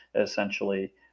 essentially